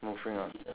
moving on